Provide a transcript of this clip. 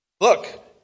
Look